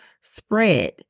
spread